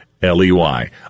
L-E-Y